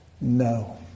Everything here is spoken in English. No